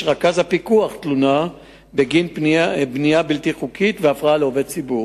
על-פי תלונה שהוגשה למשטרה,